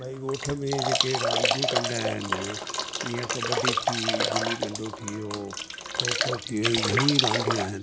भई घोठ जे जेके रांधियूं कंदा आहिनि ईअं कॿडी थी गिल्ली डंडो थियो खोखो थी वई घणी रांधियूं आहिनि